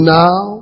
now